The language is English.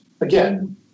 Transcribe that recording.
again